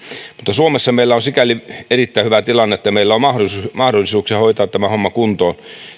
suomessa meillä on sikäli erittäin hyvä tilanne että meillä on mahdollisuuksia hoitaa tämä homma kuntoon